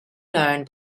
known